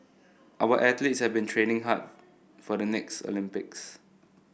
our athletes have been training hard for the next Olympics